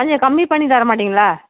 கொஞ்சம் கம்மி பண்ணி தரமாட்டீங்களா